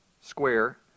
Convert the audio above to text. square